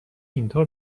اینطور